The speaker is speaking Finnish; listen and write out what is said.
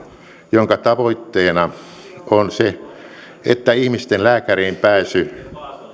jonka tavoitteena on se että ihmisten lääkäriin pääsy